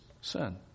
sin